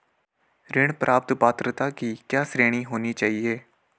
ऋण प्राप्त पात्रता की क्या श्रेणी होनी चाहिए?